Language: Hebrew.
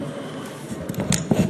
בבקשה.